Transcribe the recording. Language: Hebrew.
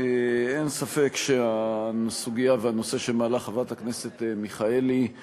אין ספק שהסוגיה שמעלה חברת הכנסת מיכאלי היא